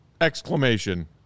exclamation